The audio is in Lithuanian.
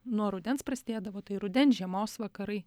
nuo rudens prasidėdavo tai rudens žiemos vakarai